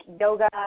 yoga